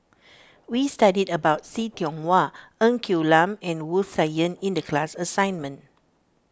we studied about See Tiong Wah Ng Quee Lam and Wu Tsai Yen in the class assignment